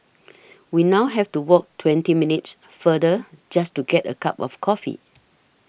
we now have to walk twenty minutes farther just to get a cup of coffee